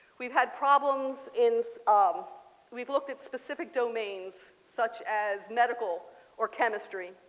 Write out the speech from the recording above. we've had problems in um we've looked at specific domains such as medical or chemistry.